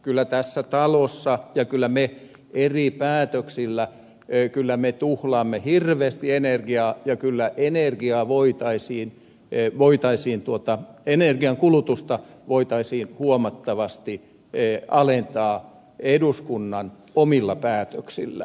kyllä tässä talossa tuhlataan ja kyllä me eri päätöksillä tuhlaamme hirveästi energiaa ja kyllä energiaa voitaisiin tee voitaisiin tuottaa energiankulutusta voitaisiin huomattavasti alentaa eduskunnan omilla päätöksillä